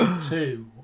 two